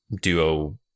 Duo